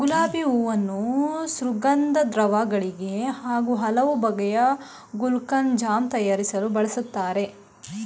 ಗುಲಾಬಿ ಹೂವನ್ನು ಸುಗಂಧದ್ರವ್ಯ ಗಳಿಗೆ ಹಾಗೂ ಹಲವು ಬಗೆಯ ಗುಲ್ಕನ್, ಜಾಮ್ ತಯಾರಿಸಲು ಬಳ್ಸತ್ತರೆ